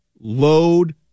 load